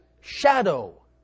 shadow